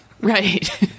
Right